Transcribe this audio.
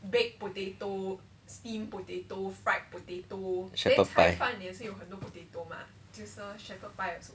shepherd pie